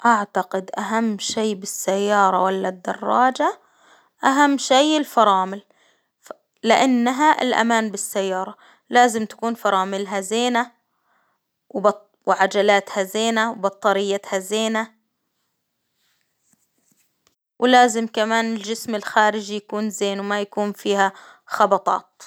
أعتقد أهم شي بالسيارة ولا الدراجة أهم شي الفرامل، لإنها الأمان بالسيارة لازم تكون فراملها زينة، وعجلاتها زينة وبطاريتها زينة، ولازم كمان الجسم الخراجي يكون زين ، وما يكون فيها خبطات.